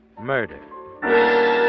murder